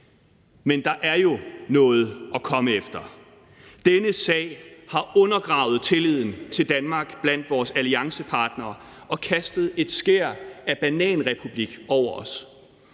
Men der er jo noget at komme efter. Denne sag har undergravet tilliden til Danmark blandt vores alliancepartnere og kastet et skær af bananrepublik over os.